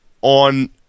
on